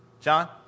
John